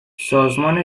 سازمان